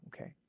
okay